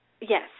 Yes